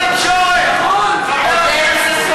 לא ייאמן,